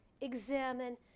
examine